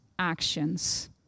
actions